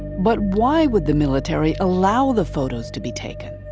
but why would the military allow the photos to be taken?